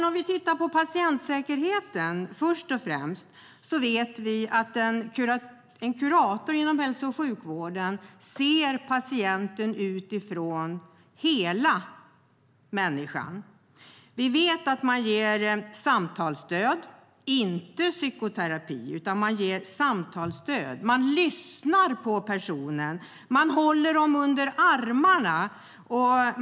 Om vi tittar på patientsäkerheten först och främst vet vi att en kurator inom hälso och sjukvården ser patienten utifrån hela människan. Vi vet att de ger samtalsstöd. Det är inte psykoterapi, utan samtalsstöd. De lyssnar på personerna och håller dem under armarna.